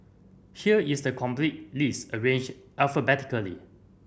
here is the complete list arranged alphabetically